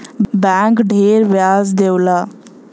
bank ढेर ब्याज देवला